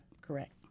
correct